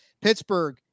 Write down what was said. Pittsburgh